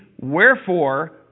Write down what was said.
wherefore